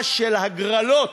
של הגרלות,